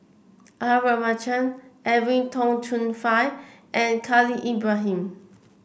R Ramachandran Edwin Tong Chun Fai and Khalil Ibrahim